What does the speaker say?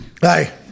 Hi